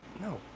No